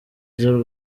z’u